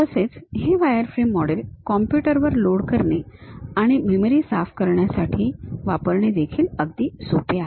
तसेच हे wireframe model computer वर लोड करणे आणि मेमरी साफ करण्याकरिता वापरणे देखील अगदी सोपे आहे